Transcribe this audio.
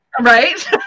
Right